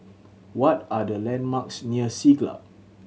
what are the landmarks near Siglap